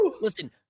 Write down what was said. Listen